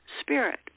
spirit